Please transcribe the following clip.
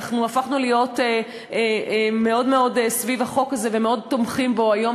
הפכנו להיות מאוד מאוד סביב החוק הזה ומאוד תומכים בו היום,